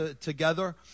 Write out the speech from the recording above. together